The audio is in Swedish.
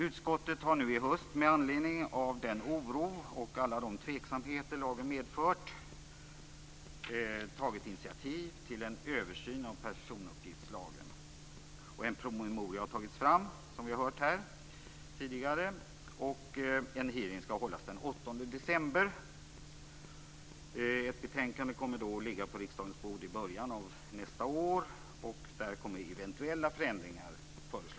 Utskottet har i höst med anledning av den oro och de tveksamheter lagen har medfört tagit initiativ till en översyn av personuppgiftslagen. En promemoria har tagits fram, och en hearing skall hållas den 8 december. Ett betänkande kommer att ligga på risdagens bord i början av nästa år. Där kommer eventuella förändringar att föreslås.